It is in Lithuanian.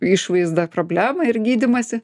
išvaizda problemą ir gydymąsi